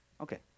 Okay